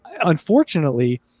unfortunately